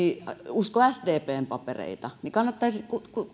usko sdpn papereita niin kannattaisi